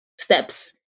steps